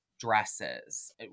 Dresses